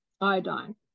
iodine